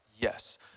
Yes